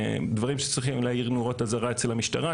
ודברים שצריך להאיר נורות אזהרה אצל המשטרה,